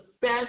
best